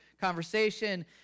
conversation